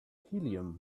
helium